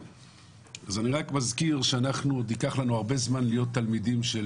אז אני רק מזכיר שעוד ייקח לנו הרבה זמן להיות תלמידים של